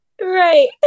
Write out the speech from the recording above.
Right